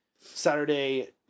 Saturday